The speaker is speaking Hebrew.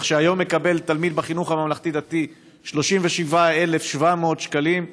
כך שהיום מקבל תלמיד בחינוך הממלכתי-דתי 37,700 שקלים,